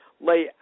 lay